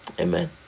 Amen